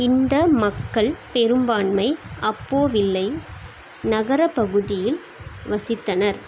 இந்த மக்கள் பெரும்பான்மை அப்போவில்லை நகர பகுதியில் வசித்தனர்